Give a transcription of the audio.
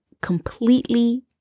completely